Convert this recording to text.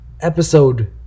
episode